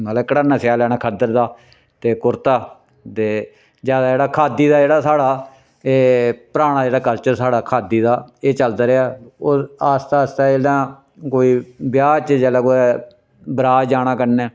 मतलब घटन्ना सेआई लैना खद्धड दा ते कुर्ता ते ज्यादा जेह्ड़ा खाद्धी दा जेह्ड़ा साढ़ा पराना जेह्ड़ा कल्चर साढ़ा खाद्धी दा एह् चलदा रेहा होर आस्ता आस्ता जेह्ड़ा कोई ब्याह् च जेल्लै कुतै बरात जाना कन्नै